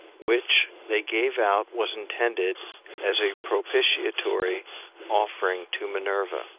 which they gave out was intended as a propitiatory offering to minerva,